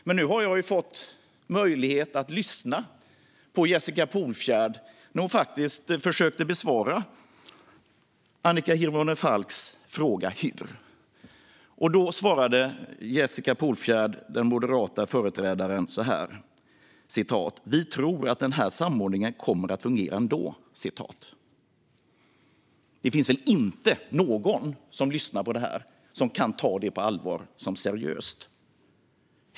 Men nu har jag ju fått möjlighet att lyssna på Jessica Polfjärd när hon försökte besvara Annika Hirvonen Falks fråga: Hur? Jessica Polfjärd, den moderata företrädaren, svarade: "Vi tror att denna samordning kommer att kunna fungera ändå." Det finns väl inte någon som lyssnar på det här som kan ta det på allvar? Frågan är: Hur då?